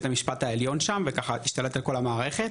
המשפט העליון שם וככה השתלט על כל המערכת,